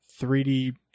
3D